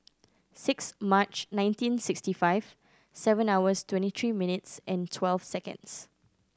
six March nineteen sixty five seven hours twenty three minutes and twelve seconds